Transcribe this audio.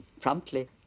promptly